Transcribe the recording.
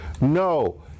No